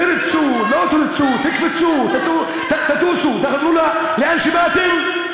תרצו, לא תרצו, תקפצו, תטוסו, תחזרו לאן שבאתם.